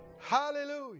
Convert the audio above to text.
Hallelujah